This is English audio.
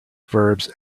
verbs